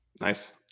Nice